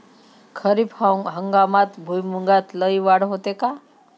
खरीप हंगामात भुईमूगात लई वाढ होते का?